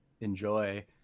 enjoy